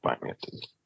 finances